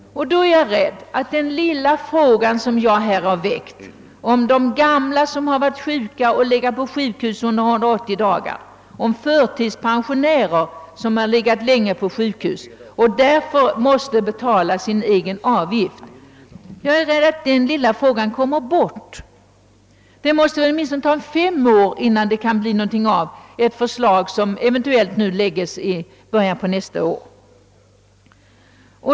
Men då är jag rädd att den lilla fråga glöms bort som jag här väckt, nämligen frågan om de gamla som legat på sjukhus under 180 dagar och om förtidspensionärer som legat lika länge på sjukhus och som sedan måste betala avgiften själva. Det måste ta åtminstone fem år innan det kan bli något av ett förslag som eventuellt lägges fram i början av nästa år.